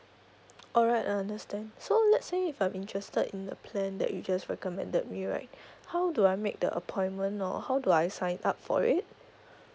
alright I understand so let's say if I'm interested in the plan that you just recommended me right how do I make the appointment or how do I sign up for it